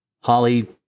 Holly